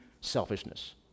selfishness